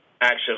action